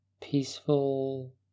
Peaceful